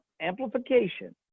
amplification